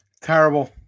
Terrible